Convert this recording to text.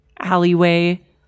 alleyway